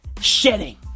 shedding